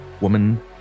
woman